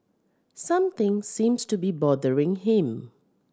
something seems to be bothering him